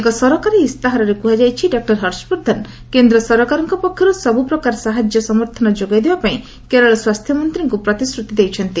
ଏକ ସରକାରୀ ଇସ୍ତହାରରେ କୁହାଯାଇଛି ଡକ୍କର ହର୍ଷବର୍ଦ୍ଧନ କେନ୍ଦ୍ର ସରକାରଙ୍କ ପକ୍ଷରୁ ସବୁପ୍ରକାର ସାହାଯ୍ୟ ସମର୍ଥନ ଯୋଗାଇ ଦେବାପାଇଁ କେରଳ ସ୍ୱାସ୍ଥ୍ୟମନ୍ତ୍ରୀଙ୍କୁ ପ୍ରତିଶ୍ରତି ଦେଇଛନ୍ତି